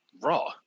Raw